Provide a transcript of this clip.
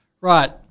Right